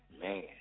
man